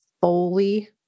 fully